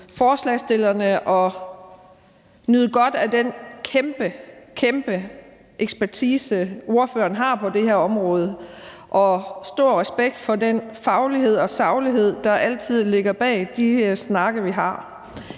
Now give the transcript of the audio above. forslagsstillerne og nyde godt af den kæmpe, kæmpe ekspertise, ordføreren har på det her område. Stor respekt for den faglighed og saglighed, der altid ligger bag de snakke, vi har.